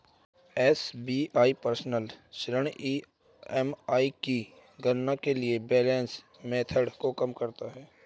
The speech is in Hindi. एस.बी.आई पर्सनल ऋण ई.एम.आई की गणना के लिए बैलेंस मेथड को कम करता है